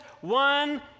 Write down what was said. one